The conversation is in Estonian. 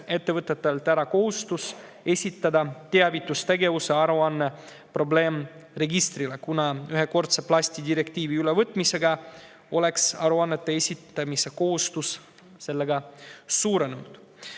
ettevõtetelt ära kohustus esitada teavitustegevuse aruanne probleem[toote]registrile, kuna ühekordse plasti direktiivi ülevõtmise tõttu oleks aruannete esitamise kohustus muidu suurenenud.